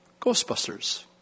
Ghostbusters